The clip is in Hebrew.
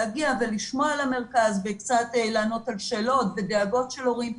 להגיע ולשמוע על המרכז וקצת לענות על שאלות ודאגות של הורים.